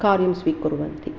कार्यं स्वीकुर्वन्ति